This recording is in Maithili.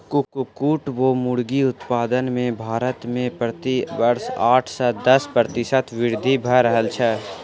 कुक्कुट वा मुर्गी उत्पादन मे भारत मे प्रति वर्ष आठ सॅ दस प्रतिशत वृद्धि भ रहल छै